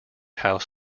house